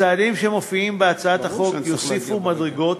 הצעדים שמופיעים בהצעת החוק יוסיפו מדרגות